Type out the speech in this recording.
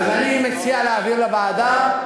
אז אני מציע להעביר לוועדה.